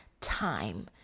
time